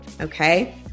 Okay